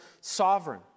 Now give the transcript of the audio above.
sovereign